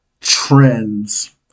trends